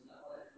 what